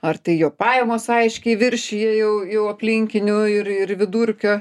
ar tai jo pajamos aiškiai viršija jau jau aplinkinių ir ir vidurkio